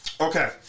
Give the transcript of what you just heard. Okay